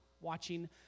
watching